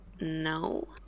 No